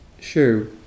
sure